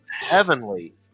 heavenly